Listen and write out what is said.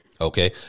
Okay